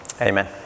Amen